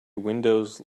windows